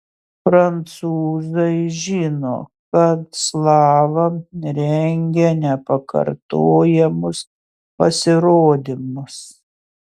prancūzai žino kad slava rengia nepakartojamus pasirodymus